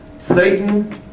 Satan